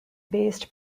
based